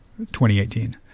2018